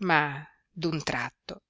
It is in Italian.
ma d'un tratto